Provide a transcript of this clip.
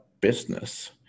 business